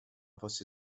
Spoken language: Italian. fosse